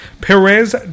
Perez